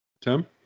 Tim